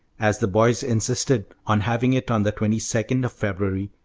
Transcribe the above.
as the boys insisted on having it on the twenty-second of february,